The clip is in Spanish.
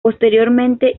posteriormente